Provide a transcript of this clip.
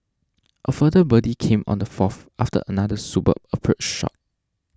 a further birdie came on the fourth after another superb approach shot